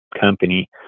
company